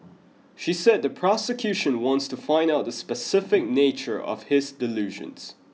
she said the prosecution wants to find out the specific nature of his delusions